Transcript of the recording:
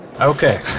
Okay